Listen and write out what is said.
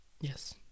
Yes